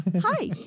hi